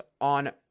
on